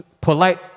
polite